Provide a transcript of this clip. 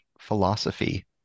philosophy